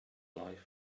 life